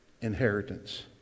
inheritance